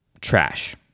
trash